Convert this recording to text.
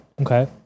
Okay